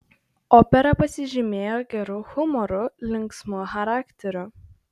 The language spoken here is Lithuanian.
opera pasižymėjo geru humoru linksmu charakteriu